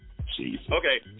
okay